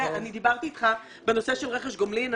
אני דיברתי אתך בנושא של רכש גומלין.